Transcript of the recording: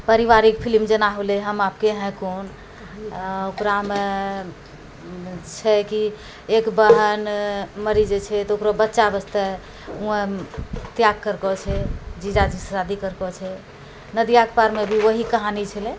पारिवारिक फिलिम जेना होलै हम आपके हैं कौन ओकरामे छै कि एक बहन मरि जाइ छै तऽ ओकरो बच्चा वास्ते त्याग करलऽ छै जीजाजीसँ शादी करलऽ छै नदिया के पारमे भी वही कहानी छलै